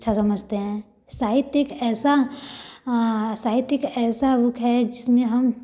अच्छा समझते हैं साहित्य एक ऐसा साहित्य एक ऐसा बुक है जिसमें हम